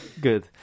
good